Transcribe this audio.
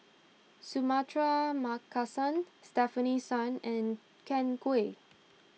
Suratman Markasan Stefanie Sun and Ken Kwek